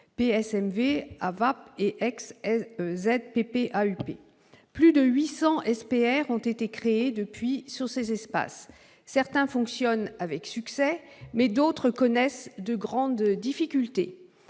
paysager, ou ZPPAUP. Plus de 800 SPR ont été créés depuis sur ces espaces. Certains fonctionnent avec succès, mais d'autres connaissent de grandes difficultés.